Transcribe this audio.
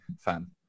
fan